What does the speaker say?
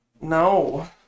No